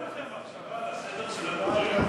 אין לכם מחשבה על הסדר של הדוברים?